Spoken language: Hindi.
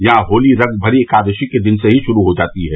यहां होली रंगभरी एकादशी के दिन से ही शुरू हो जाती है